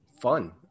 fun